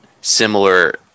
similar